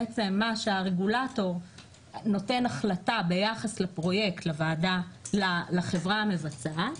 בעצם מה שהרגולטור נותן החלטה ביחס לפרויקט לחברה המבצעת